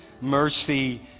mercy